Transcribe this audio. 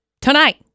Tonight